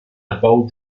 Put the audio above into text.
about